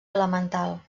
elemental